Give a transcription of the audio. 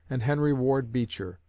and henry ward beecher.